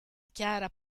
chiara